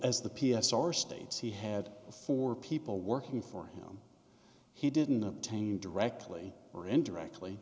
as the p s r states he had four people working for him he didn't obtain directly or indirectly